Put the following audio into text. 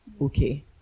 okay